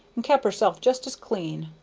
and kep' herself just as clean!